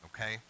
okay